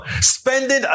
spending